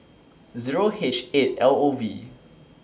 Zero H eight L O V